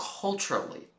culturally